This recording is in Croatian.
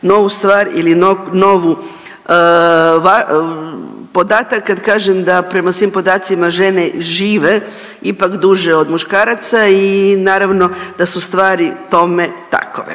novu stvar ili novu podatak kad kažem da prema svim podacima žene žive ipak duže od muškaraca i naravno da su stvari tome takove.